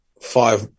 five